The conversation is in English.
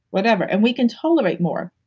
whatever, and we can tolerate more.